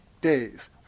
days